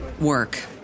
work